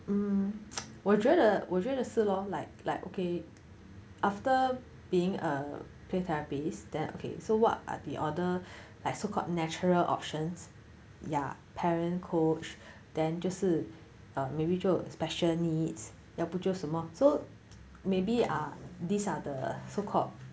我觉得我觉得是 lor like like okay after being a play therapist then okay so what are the other like so called natural options ya parent coach then 就是 err maybe 做 special needs 要不就什么 so maybe ah these are the so called